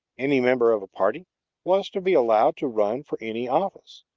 any member of a party was to be allowed to run for any office,